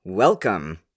Welcome